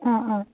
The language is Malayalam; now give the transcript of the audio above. ആ ആ